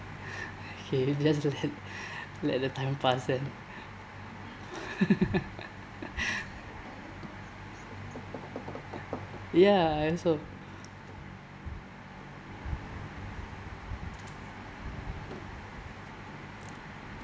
okay just let let the time pass then ya I also